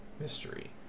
mystery